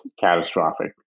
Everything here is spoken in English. catastrophic